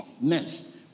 next